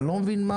מה